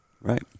Right